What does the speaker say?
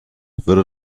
würde